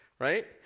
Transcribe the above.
right